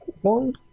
One